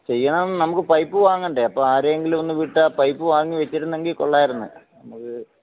ചെയ്യണം നമുക്ക് പൈപ്പ് വാങ്ങണ്ടേ അപ്പോൾ ആരെങ്കിലും ഒന്ന് വിട്ടാൽ പൈപ്പ് വാങ്ങി വച്ചിരുന്നെങ്കിൽ കൊള്ളാമായിരുന്നു നമുക്ക്